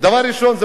דבר ראשון,